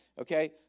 okay